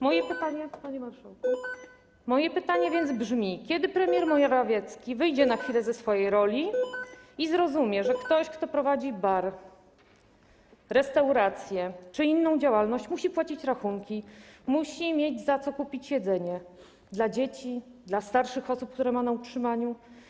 Moje pytanie brzmi: Kiedy premier Morawiecki wyjdzie na chwilę ze swojej roli i zrozumie, że ktoś, kto prowadzi bar, restaurację czy inną działalność, musi płacić rachunki, musi mieć za co kupić jedzenie, dla dzieci, dla starszych osób, które ma na utrzymaniu?